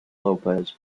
lopez